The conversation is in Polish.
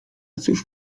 cóż